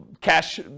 cash